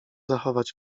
zachować